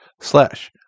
slash